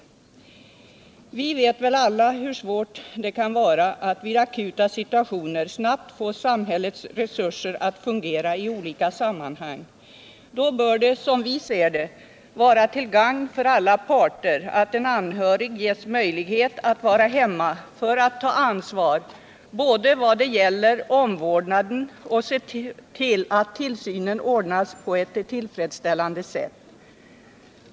Vi vet väl alla hur svårt det kan vara att i akuta situationer snabbt få samhällets resurser att fungera i olika sammanhang. Då bör det som vi ser det vara till gagn för alla parter att en anhörig ges möjlighet att vara hemma för att ta ansvar både vad det gäller omvårdnaden och se till att tillsynen ordnas på ett tillfredsställande sätt.